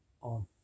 on